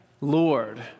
Lord